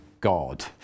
God